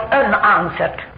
unanswered